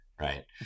Right